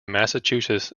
massachusetts